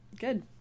Good